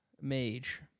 Mage